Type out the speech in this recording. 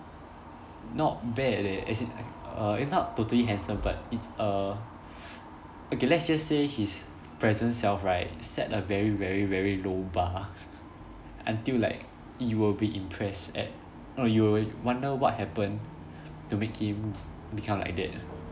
not bad leh as in uh not totally handsome but it's a okay let's just say his present self right set a very very very low bar until like you will be impressed at no you will wonder what happened to make him become like that